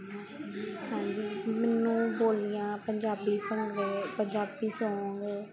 ਹਾਂਜੀ ਜੀ ਮੈਨੂੰ ਬੋਲੀਆਂ ਪੰਜਾਬੀ ਭੰਗੜੇ ਪੰਜਾਬੀ ਸੌਂਗ